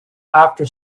after